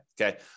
okay